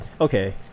okay